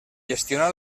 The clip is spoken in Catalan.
gestiona